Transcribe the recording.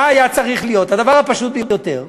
מה היה צריך להיות הדבר הפשוט ביותר?